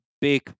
big